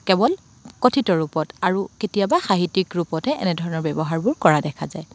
কেৱল কথিত ৰূপত আৰু কেতিয়াবা সাহিত্যিক ৰূপতে এনেধৰণৰ ব্যৱহাৰবোৰ কৰা দেখা যায়